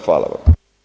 Hvala vam.